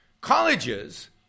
Colleges